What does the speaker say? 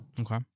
Okay